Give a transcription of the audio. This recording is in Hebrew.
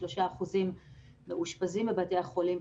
3% מאושפזים בבתי החולים.